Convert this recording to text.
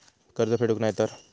कर्ज फेडूक नाय तर?